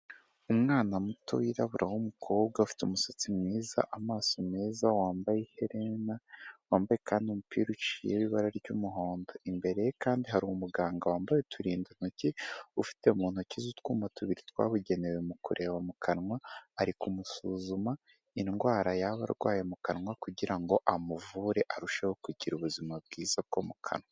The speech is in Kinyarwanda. Umwana muto wirabura w'umukobwa, ufite umusatsi mwiza, amaso meza, wambaye iherena, wambaye kandi umupira uciye w'ibara ry'umuhondo. Imbere ye kandi hari umuganga wambaye uturindantoki, ufite mu ntoki ze utwuma tubiri twabugenewe mu kureba mu kanwa, ari kumusuzuma indwara yaba arwaye mu kanwa kugira ngo amuvure, arusheho kugira ubuzima bwiza bwo mu kanwa.